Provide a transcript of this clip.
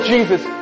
Jesus